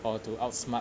or to outsmart